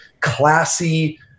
classy